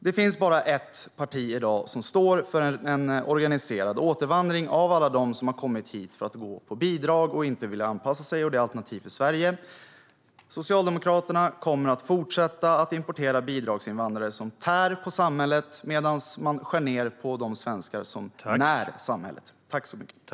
Det finns i dag bara ett parti som står för en organiserad återvandring av alla som har kommit hit för att gå på bidrag och inte vill anpassa sig, och det är Alternativ för Sverige. Socialdemokraterna kommer att fortsätta importera bidragsinvandrare som tär på samhället, medan man skär ned för de svenskar som när samhället.